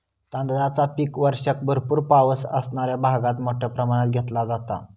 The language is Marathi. तांदळाचा पीक वर्षाक भरपूर पावस असणाऱ्या भागात मोठ्या प्रमाणात घेतला जाता